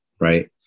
right